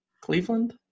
Cleveland